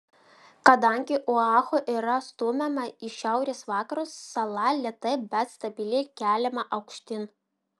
kadangi oahu yra stumiama į šiaurės vakarus sala lėtai bet stabiliai keliama aukštyn